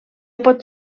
pot